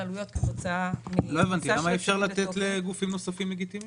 העלויות כתוצאה -- למה אי אפשר לתת לגופים נוספים לגיטימיים?